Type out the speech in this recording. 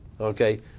okay